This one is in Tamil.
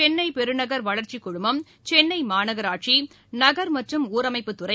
சென்னைபெருநகர் வளர்ச்சிக் குழுமம் சென்னைமாநகராட்சி நகர் மற்றும் ஊரமைப்புத்துறை